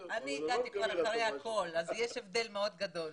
אני הגעתי כבר אחרי הכול אז יש הבדל מאוד גדול.